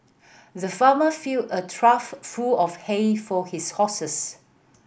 the farmer filled a trough full of hay for his horses